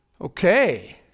Okay